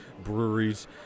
breweries